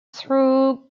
through